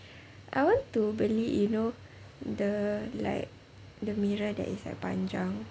I want to beli you know the like the mirror that is like panjang